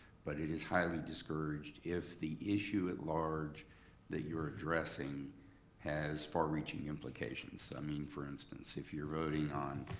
but it is highly discouraged if the issue at large that you're addressing has far-reaching implications. i mean, for instance, if you're voting on